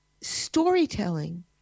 storytelling